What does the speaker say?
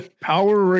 power